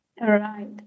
Right